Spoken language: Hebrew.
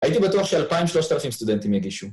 ‫הייתי בטוח שאלפיים, שלושת אלפים סטודנטים יגישו.